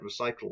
recycled